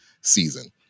season